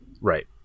Right